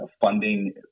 funding